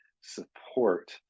support